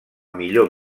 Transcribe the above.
millor